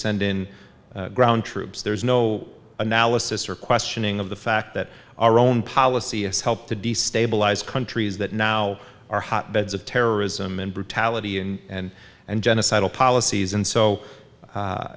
send in ground troops there's no analysis or questioning of the fact that our own policy is helped to destabilize countries that now are hotbeds of terrorism and brutality and and genocidal policies and so